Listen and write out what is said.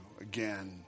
again